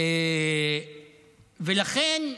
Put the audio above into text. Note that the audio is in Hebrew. לכן,